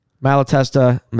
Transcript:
malatesta